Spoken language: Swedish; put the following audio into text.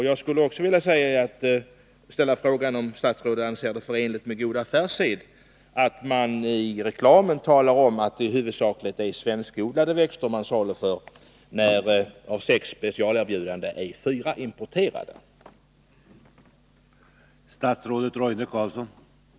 Jag skulle också vilja fråga om statsrådet anser det vara förenligt med god affärssed att i reklamen tala om att det huvudsakligen är svenskodlade växter man saluför, när fyra av sex specialerbjudanden gäller importerade växter.